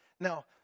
Now